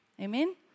Amen